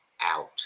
out